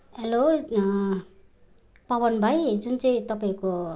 hello Pavan भाइ जुन चाहिँ तपाईँको